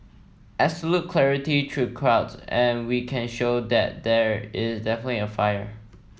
absolute clarity through the clouds and we can show that there is definitely a fire